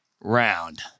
round